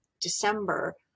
December